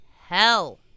hell